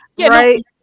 Right